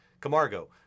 Camargo